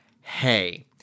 hey